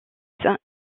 saint